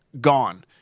gone